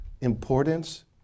importance